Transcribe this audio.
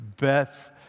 Beth